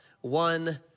one